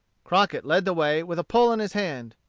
crockett led the way, with a pole in his hand.